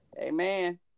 Amen